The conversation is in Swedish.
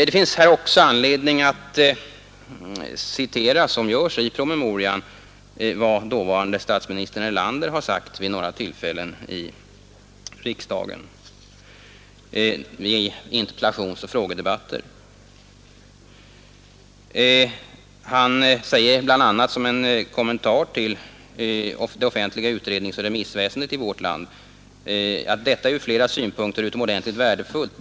Det finns här också anledning att citera, vilket görs i promemorian, vad dåvarande statsministern Erlander sade vid några tillfällen i riksdagen i interpellationsoch frågedebatter. Som en kommentar till det offentliga utredningsoch remissväsendet i vårt land sade han bl.a.: ”Detta är ur flera synpunkter utomordentligt värdefullt.